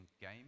game